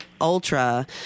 Ultra